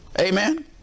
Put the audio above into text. Amen